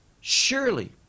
surely